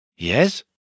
Yes